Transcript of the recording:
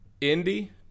Indy